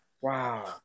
Wow